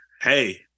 hey